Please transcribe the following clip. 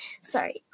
sorry